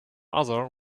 other